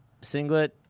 singlet